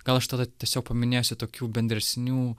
gal aš tada tiesiog paminėsiu tokių bendresnių